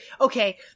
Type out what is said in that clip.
Okay